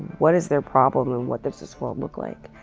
what is their problem, and what does this world look like?